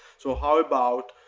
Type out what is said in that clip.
so how about,